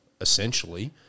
essentially